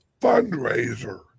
fundraiser